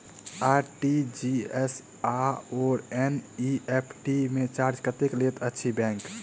RTGS आओर NEFT मे charge कतेक लैत अछि बैंक?